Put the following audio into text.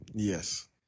Yes